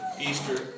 Easter